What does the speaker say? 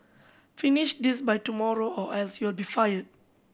finish this by tomorrow or else you'll be fired